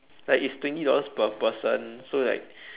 like it's twenty dollars per person so like